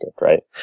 right